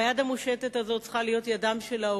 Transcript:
והיד המושטת הזאת צריכה להיות של ההורים,